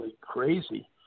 crazy